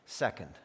second